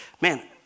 man